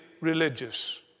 religious